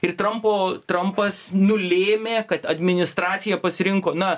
ir trampo trampas nulėmė kad administracija pasirinko na